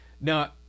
Now